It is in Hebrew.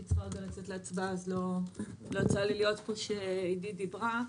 הייתי צריכה לצאת להצבעה אז לא יצא לי להיות פה כשעידית הדר קמרט דיברה.